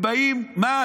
הם באים, למה?